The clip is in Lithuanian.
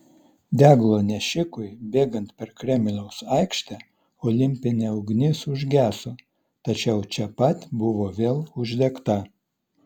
deglo nešikui bėgant per kremliaus aikštę olimpinė ugnis užgeso tačiau čia pat buvo vėl uždegta